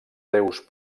déus